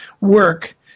work